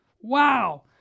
Wow